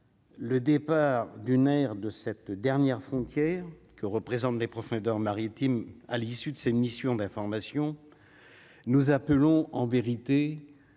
Le départ du nerf de cette dernière frontière que représentent les profondeurs maritimes à l'issue de ces missions d'information, nous appelons en vérité